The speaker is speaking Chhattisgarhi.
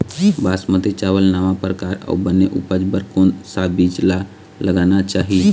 बासमती चावल नावा परकार अऊ बने उपज बर कोन सा बीज ला लगाना चाही?